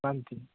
ପାଆନ୍ତି